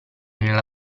nella